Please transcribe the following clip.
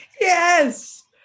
yes